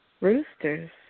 Roosters